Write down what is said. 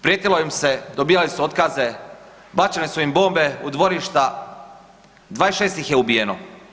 Prijetilo im se, dobivali su otkaze, bačene su im bombe u dvorišta, 26 ih je ubijeno.